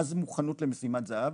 מה זה מוכנות למשימת זהב?